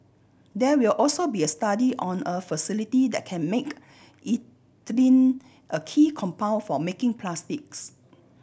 there will also be a study on a facility that can make ethylene a key compound for making plastics